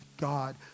God